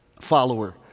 follower